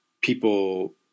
people